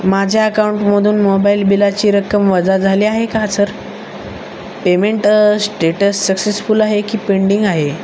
माझ्या अकाउंटमधून मोबाईल बिलाची रक्कम वजा झाली आहे का सर पेमेंट स्टेटस सक्सेसफुल आहे की पेंडिंग आहे